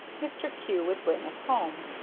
mr. kew would bring us home.